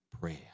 prayer